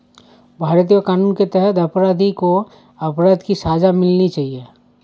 भारतीय कानून के तहत अपराधी को अपराध की सजा मिलनी चाहिए